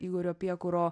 igorio piekuro